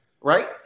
right